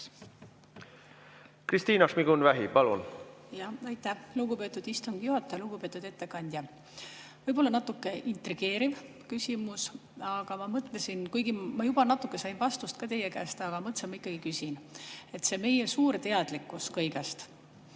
Kristina Šmigun-Vähi, palun!